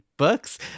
books